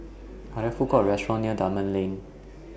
Are There Food Courts Or restaurants near Dunman Lane